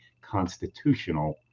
constitutional